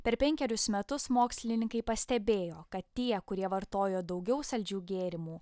per penkerius metus mokslininkai pastebėjo kad tie kurie vartojo daugiau saldžių gėrimų